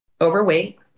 overweight